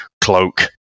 cloak